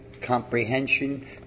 Comprehension